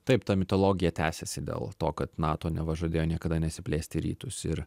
taip ta mitologija tęsiasi dėl to kad nato neva žadėjo niekada nesiplėsti į rytus ir